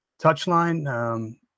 touchline